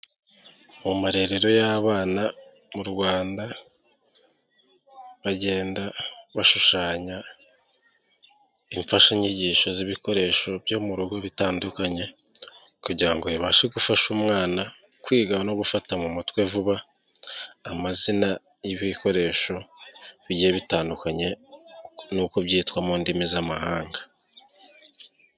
Mu marerero y'abana mu Rwanda, bagenda bashushanya, imfashanyigisho z'ibikoresho byo mu rugo bitandukanye kugira ngo bibashe gufasha umwana kwiga no gufata mu mutwe vuba, amazina y'ibikoresho bigiye bitandukanye n'uko byitwa mu ndimi z'amahanga.